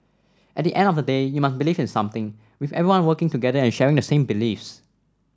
at the end of the day you must believe in something with everyone working together and sharing the same beliefs